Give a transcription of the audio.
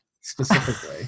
specifically